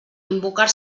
invocar